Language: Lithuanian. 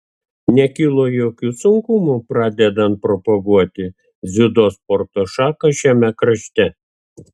nekilo jokių sunkumų pradedant propaguoti dziudo sporto šaką šiame krašte